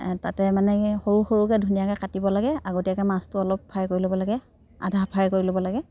তাতে মানে সৰু সৰুকৈ ধুনীয়াকৈ কাটিব লাগে আগতীয়াকৈ মাছটো অলপ ফ্ৰাই কৰিব লাগে আধা ফ্ৰাই কৰি ল'ব লাগে